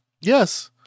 Yes